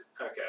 Okay